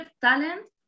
talent